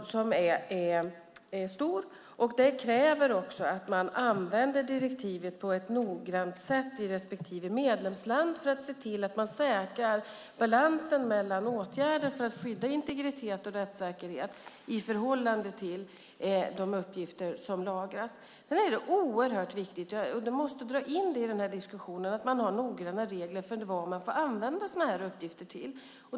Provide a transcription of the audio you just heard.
Det kräver att man använder direktivet på ett noggrant sätt i respektive medlemsland för att se till att man säkrar balansen mellan åtgärder för att skydda integritet och rättssäkerhet i förhållande till de uppgifter som lagras. Det är oerhört viktigt, och det måste tas med i diskussionen, att man har noggranna regler för vad man får använda sådana här uppgifter till.